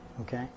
Okay